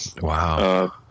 Wow